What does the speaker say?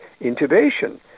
intubation